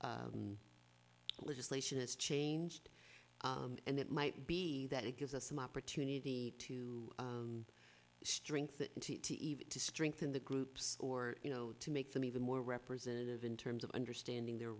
the legislation is changed and it might be that it gives us some opportunity to strengthen and to even to strengthen the groups or you know to make them even more representative in terms of understanding their